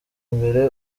imbere